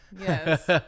Yes